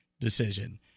decision